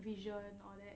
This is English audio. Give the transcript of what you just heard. vision and all that